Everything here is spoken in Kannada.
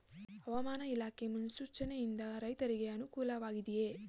ಹವಾಮಾನ ಇಲಾಖೆ ಮುನ್ಸೂಚನೆ ಯಿಂದ ರೈತರಿಗೆ ಅನುಕೂಲ ವಾಗಿದೆಯೇ?